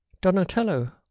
Donatello